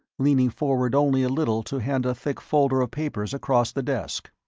leaning forward only a little to hand a thick folder of papers across the desk.